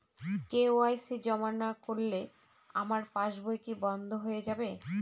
KYC জমা না করলে আমার পাসবই কি বন্ধ হয়ে যাবে?